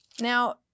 Now